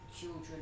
children